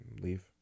Leave